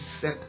set